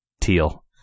teal